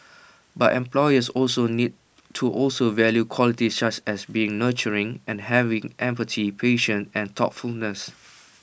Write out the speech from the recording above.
but employers also need to also value qualities such as being nurturing and having empathy patience and thoughtfulness